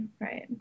right